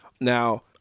now